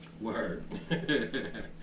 word